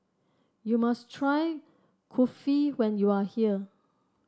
you must try Kulfi when you are here